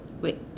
wait